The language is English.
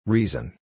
Reason